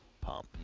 pump